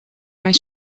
mijn